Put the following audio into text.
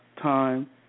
time